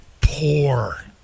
poor